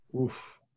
Oof